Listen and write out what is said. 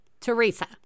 Teresa